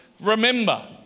remember